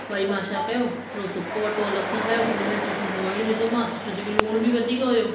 वरी मां छा कयो थोड़ो सुको अटो अलॻि सां खयो उन में थोड़ो सो मोइण विधोमास छोजो की लुण बि वधीक होयो